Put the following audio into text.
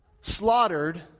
slaughtered